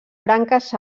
branques